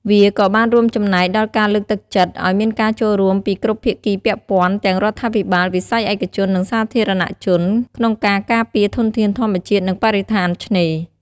វាក៏បានរួមចំណែកដល់ការលើកទឹកចិត្តឲ្យមានការចូលរួមពីគ្រប់ភាគីពាក់ព័ន្ធ ទាំងរដ្ឋាភិបាល វិស័យឯកជន និងសាធារណជន ក្នុងការការពារធនធានធម្មជាតិ និងបរិស្ថានឆ្នេរ។